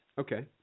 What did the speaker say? Okay